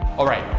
alright.